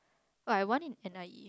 oh I want it and I